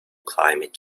climate